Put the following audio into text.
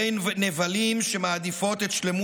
והמעלים עיניו